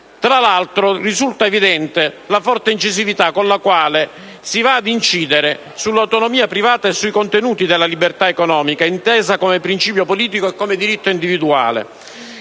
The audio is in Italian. Peraltro, risulta evidente la forte incisività con la quale si va a gravare sull'autonomia privata e sui contenuti della libertà economica, intesa come principio politico e come diritto individuale,